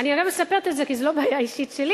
אני הרי מספרת את זה כי זה לא בעיה אישית שלי.